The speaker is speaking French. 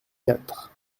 quatre